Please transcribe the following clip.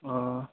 ہاں